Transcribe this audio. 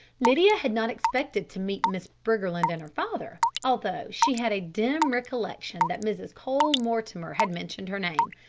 lydia had not expected to meet miss briggerland and her father, although she had a dim recollection that mrs. cole-mortimer had mentioned her name.